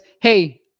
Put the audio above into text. hey